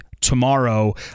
tomorrow